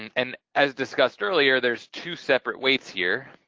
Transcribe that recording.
and as discussed earlier, there's two separate weights here.